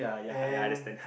and